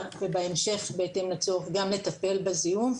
ובהמשך בהתאם לצורך גם לטפל בזיהום,